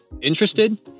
interested